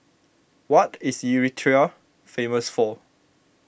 what is Eritrea famous for